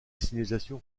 signalisation